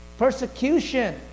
persecution